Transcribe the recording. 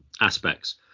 aspects